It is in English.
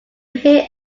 hear